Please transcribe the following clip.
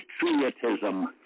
patriotism